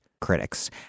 critics